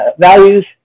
values